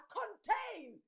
contain